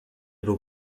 był